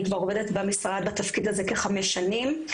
אני כבר עובדת במשרד בתפקיד הזה כחמש שנים.